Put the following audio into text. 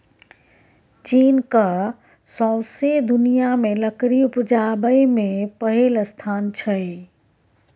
चीनक सौंसे दुनियाँ मे लकड़ी उपजाबै मे पहिल स्थान छै